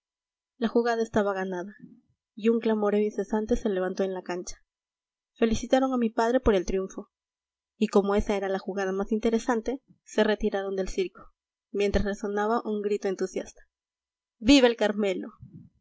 la jugada estaba ganada y un clamoreo incesante se levantó en la cancha felicitaron a mi padre por el triunfo y como esa era la jugada más interesante se retiraron del circo mientras resonaba un grito entusiasta viva el carmelo